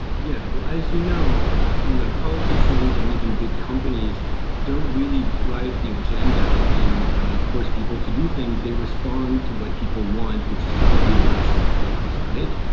yeah. well, as you know you know, politicians and even big companies don't really drive the agenda and force people to do things. they respond to what people want, which is typically irrational things. right?